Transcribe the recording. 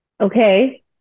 Okay